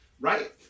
right